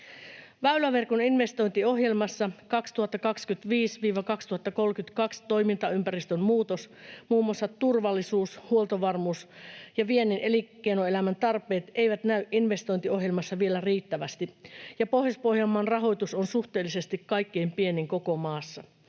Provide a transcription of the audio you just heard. Väyläverkon investointiohjelmassa 2025—2032 toimintaympäristön muutos, muun muassa turvallisuus- ja huoltovarmuus sekä viennin elinkeinoelämän tarpeet eivät näy investointiohjelmassa vielä riittävästi, ja Pohjois-Pohjanmaan rahoitus on suhteellisesti kaikkein pienin koko maassa.